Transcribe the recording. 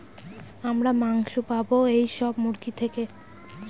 আমরা মাংস পাবো এইসব মুরগি থেকে